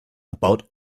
about